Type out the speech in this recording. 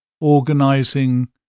organizing